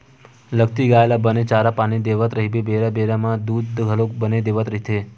लगती गाय ल बने चारा पानी देवत रहिबे बेरा बेरा म त दूद घलोक बने देवत रहिथे